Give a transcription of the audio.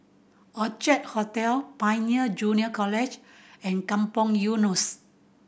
Orchard Hotel Pioneer Junior College and Kampong Eunos